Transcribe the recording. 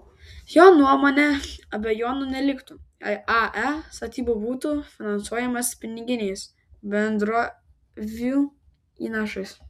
jo nuomone abejonių neliktų jei ae statyba būtų finansuojama piniginiais bendrovių įnašais